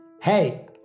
Hey